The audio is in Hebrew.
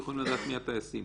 ויכולים לדעת מי הטייסים.